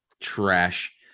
trash